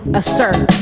assert